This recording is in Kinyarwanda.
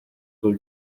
kuri